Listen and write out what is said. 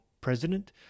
president